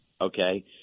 okay